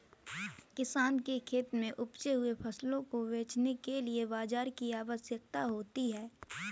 किसानों के खेत में उपजे हुए फसलों को बेचने के लिए बाजार की आवश्यकता होती है